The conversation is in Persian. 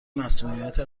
مصمومیت